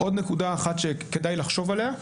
שכדאי לחשוב עליה,